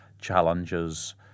challenges